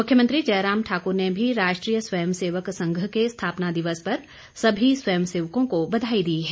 मुख्यमंत्री जयराम ठाकुर ने भी राष्ट्रीय स्वयं सेवक संघ के स्थापना दिवस सभी स्वयं सेवकों को बधाई दी है